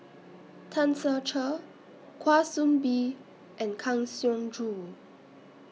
Tan Ser Cher Kwa Soon Bee and Kang Siong Joo